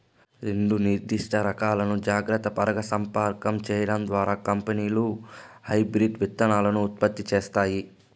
రెండు నిర్దిష్ట రకాలను జాగ్రత్తగా పరాగసంపర్కం చేయడం ద్వారా కంపెనీలు హైబ్రిడ్ విత్తనాలను ఉత్పత్తి చేస్తాయి